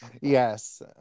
yes